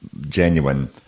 genuine